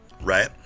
Right